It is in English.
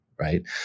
right